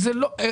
מטרו, עוד לא.